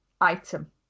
item